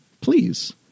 please